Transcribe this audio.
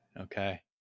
Okay